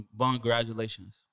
Congratulations